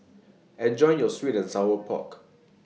Enjoy your Sweet and Sour Pork